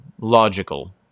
logical